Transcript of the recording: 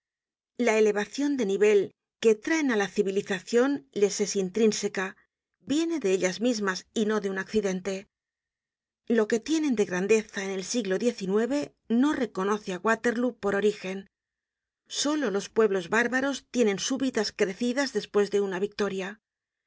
la elevacion de nivel que traen á la civilizacion les es intrínseca viene de ellas mismas y no de un accidente lo que tienen de grandeza en el siglo xix no reconoce á waterlóo por origen solo los pueblos bárbaros tienen súbitas crecidas despues de una victoria